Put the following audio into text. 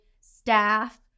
staff